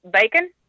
bacon